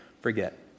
forget